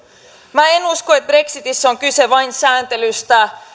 minä en en usko että brexitissä on kyse vain sääntelystä